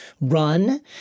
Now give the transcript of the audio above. run